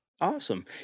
Awesome